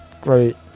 great